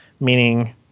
meaning